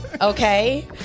okay